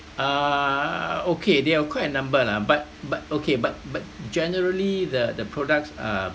err okay there are quite a number lah but but okay but but generally the the products uh